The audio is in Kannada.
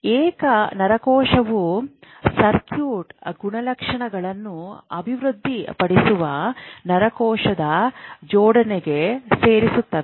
ಏಕ ನರಕೋಶವು ಸರ್ಕ್ಯೂಟ್ ಗುಣಲಕ್ಷಣಗಳನ್ನು ಅಭಿವೃದ್ಧಿಪಡಿಸುವ ನರಕೋಶದ ಜೋಡಣೆಗೆ ಸೇರುತ್ತದೆ